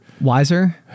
Wiser